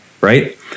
right